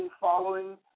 following